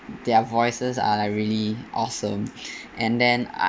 their voices are like really awesome and then I